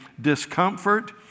discomfort